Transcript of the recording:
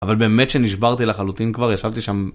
אבל באמת שנשברתי לחלוטין כבר, ישבתי שם.